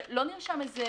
שלא נרשם איזה